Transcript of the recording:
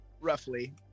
roughly